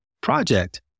project